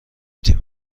تیم